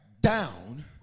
down